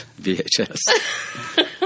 VHS